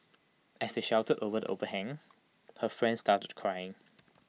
as they sheltered over the overhang her friend started crying